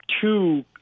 two